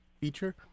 Feature